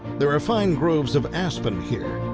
there are fine groves of aspen here.